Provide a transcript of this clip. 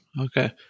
Okay